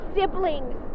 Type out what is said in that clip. siblings